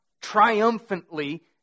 triumphantly